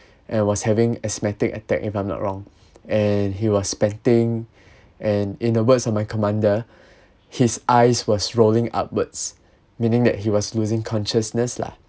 and was having asthmatic attack if I'm not wrong and he was panting and in the words of my commander his eyes was rolling upwards meaning that he was losing consciousness lah